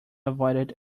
avoided